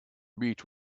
beach